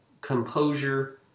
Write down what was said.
composure